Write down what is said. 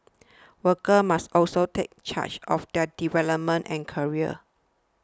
workers must also take charge of their development and careers